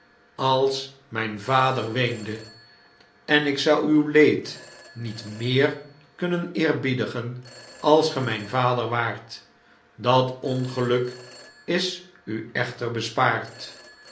als mgn vader weende en ik zou uw leed niet meer kunnen eerbiedigen als ge mgn vader waart dat ongeluk is u echter bespaard